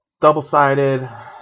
Double-sided